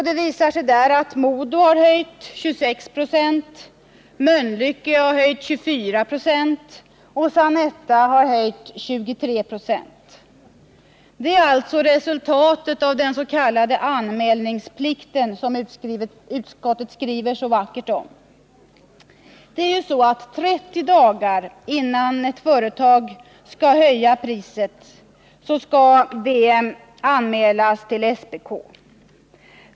Det visade sig där att MoDo har höjt priset med 26 96, Mölnlycke med 24 96 och Sanetta med 23 26. Det är alltså resultatet av den s.k. anmälningsplikten som utskottet skriver så vackert om. 30 dagar innan ett företag höjer priset skall detta anmälas till SPK.